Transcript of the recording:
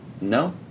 no